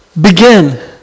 begin